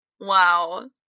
Wow